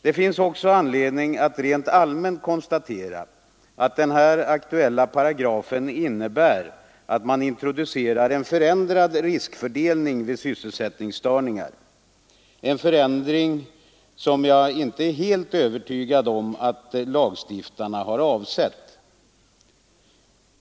Det finns också anledning att rent allmänt konstatera att den här aktuella paragrafen innebär, att man introducerar en förändrad riskfördelning vid sysselsättningsstörningar — en förändring som jag inte är helt övertygad om att lagstiftarna har avsett.